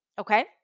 okay